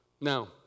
Now